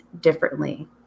differently